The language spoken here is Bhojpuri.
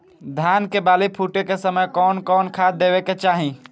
धान के बाली फुटे के समय कउन कउन खाद देवे के चाही?